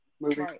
movie